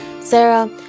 Sarah